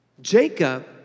Jacob